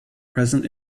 present